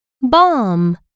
bomb